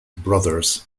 brothers